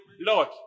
Lord